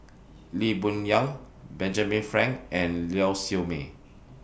Lee Boon Yang Benjamin Frank and Lau Siew Mei